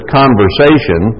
conversation